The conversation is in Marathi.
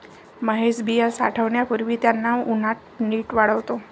महेश बिया साठवण्यापूर्वी त्यांना उन्हात नीट वाळवतो